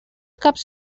caps